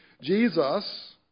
Jesus